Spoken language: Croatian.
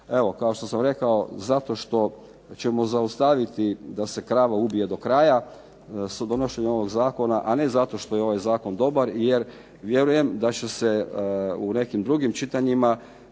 Evo kao što sam rekao zašto što ćemo zaustaviti da se krava ubije do kraja, sa donošenjem ovog Zakona a ne zato što je ovaj zakon dobar, jer vjerujem da će se u nekim drugim čitanjima